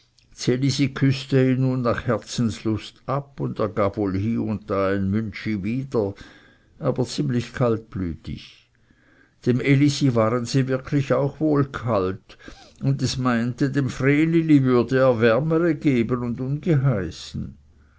ihn nun nach herzenslust ab und er gab wohl hie und da ein müntschi wieder aber ziemlich kaltblütig dem elisi waren sie wirklich auch wohl kalt und es meinte dem vreneli würde er wärmere geben und ungeheißen